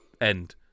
end